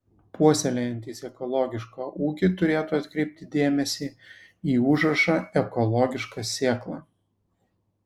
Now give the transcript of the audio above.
puoselėjantys ekologišką ūkį turėtų atkreipti dėmesį į užrašą ekologiška sėkla